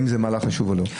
האם זה מהלך חשוב או לא?